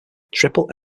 triple